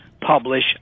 publish